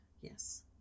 Yes